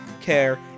care